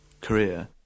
career